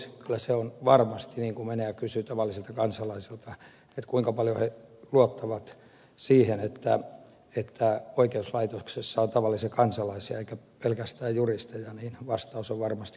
kyllä se on varmasti niin että kun menee ja kysyy tavalliselta kansalaiselta kuinka paljon he luottavat siihen että oikeuslaitoksessa on tavallisia kansalaisia eikä pelkästään juristeja niin vastaus on varmasti kyllä selvä